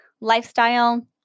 lifestyle